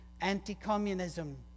Anti-communism